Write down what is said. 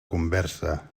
conversa